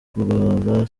kurwara